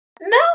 No